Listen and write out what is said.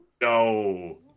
No